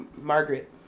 Margaret